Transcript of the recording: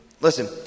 Listen